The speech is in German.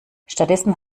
stattdessen